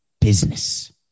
business